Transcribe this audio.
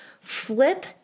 flip